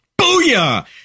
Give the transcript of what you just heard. Booyah